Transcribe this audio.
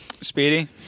Speedy